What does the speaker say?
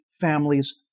families